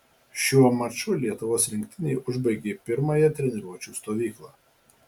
šiuo maču lietuvos rinktinė užbaigė pirmąją treniruočių stovyklą